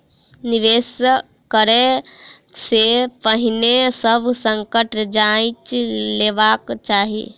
निवेश करै से पहिने सभ संकट जांइच लेबाक चाही